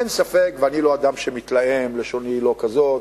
אין ספק, ואני לא אדם שמתלהם, לשוני היא לא כזאת.